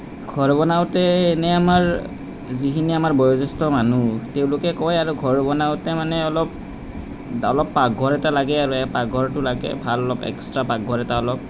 ঘৰ বনাওঁতে এনেই আমাৰ যিখিনি আমাৰ বয়োজ্য়েষ্ঠ মানুহ তেওঁলোকে কয় আৰু ঘৰ বনাওঁতে মানে অলপ অলপ পাকঘৰ এটা লাগে আৰু সেই পাকঘৰটো লাগে ভাল অলপ এক্সট্ৰা পাকঘৰ এটা অলপ